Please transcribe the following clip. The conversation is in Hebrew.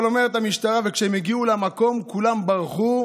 אבל אומרת המשטרה: כשהם הגיעו למקום כולם ברחו,